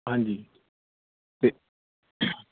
ਹਾਂਜੀ ਅਤੇ